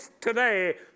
today